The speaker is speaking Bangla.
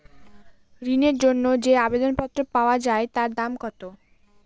ঋণের জন্য যে আবেদন পত্র পাওয়া য়ায় তার দাম কত?